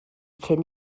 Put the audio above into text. cyn